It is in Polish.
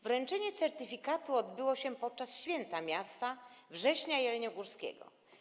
Wręczenie certyfikatu odbyło się podczas święta miasta - Września Jeleniogórskiego.